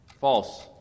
False